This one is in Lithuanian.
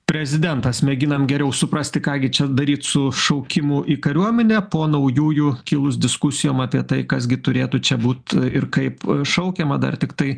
prezidentas mėginam geriau suprasti ką gi čia daryt su šaukimu į kariuomenę po naujųjų kilus diskusijom apie tai kas gi turėtų čia būt ir kaip šaukiama dar tiktai